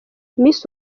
miss